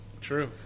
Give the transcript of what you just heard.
true